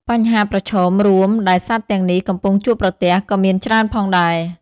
បញ្ហាប្រឈមរួមដែលសត្វទាំងនេះកំពុងជួបប្រទះ ក៏មានច្រើនផងដែរ។